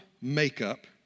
makeup